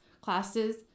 classes